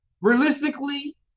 realistically